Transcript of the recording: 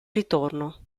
ritorno